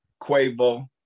Quavo